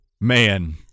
Man